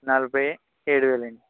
నలభై ఏడువేలు అండి